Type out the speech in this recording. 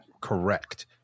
correct